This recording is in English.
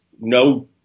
no